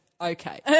okay